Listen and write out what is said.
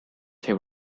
they